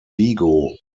vigo